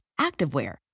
activewear